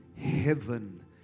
heaven